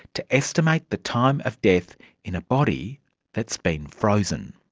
to estimate the time of death in a body that's been frozen?